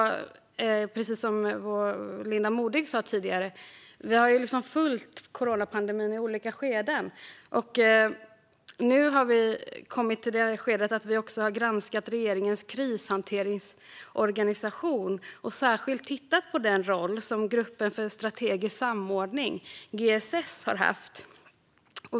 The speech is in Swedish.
Precis som Linda Modig sa har vi följt coronapandemin i olika skeden, och nu har vi också granskat regeringens krishanteringsorganisation och särskilt tittat på den roll som gruppen för strategisk samordning, GSS, har haft.